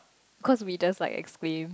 cause we just like explain